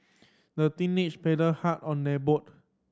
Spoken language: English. the teenager paddled hard on their boat